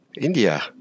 India